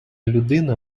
людина